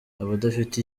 abadafite